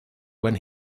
when